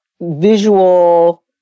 visual